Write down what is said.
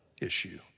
issue